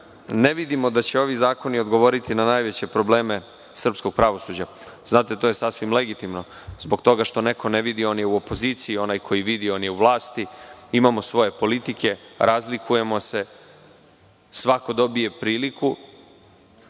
ne vidimo da će ovi zakoni odgovoriti na najveće probleme srpskog pravosuđa. To je sasvim legitimno. Zbog toga što neko ne vidi, on je u opoziciji, a onaj koji vidi je u vlasti. Imamo svoje politike. Razlikujemo se. Svako dobije priliku